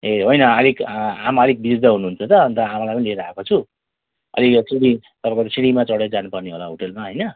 ए होइन अलिक आमा अलिक वृद्ध हुनहुन्छ त अन्त आमालाई पनि लिएर आएको छु अनि फेरि तपाईँको सिँढीमा चडेर जानुपर्ने होला होटेलमा होइन